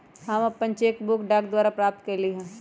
हम अपन cheque book डाक द्वारा प्राप्त कईली ह